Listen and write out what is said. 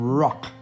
rock